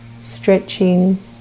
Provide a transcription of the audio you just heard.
Stretching